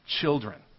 children